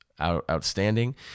outstanding